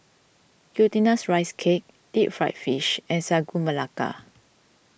Glutinous Rice Cake Deep Fried Fish and Sagu Melaka